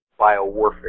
biowarfare